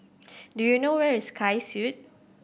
do you know where is Sky Suite